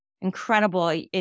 incredible